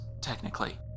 technically